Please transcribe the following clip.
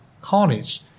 college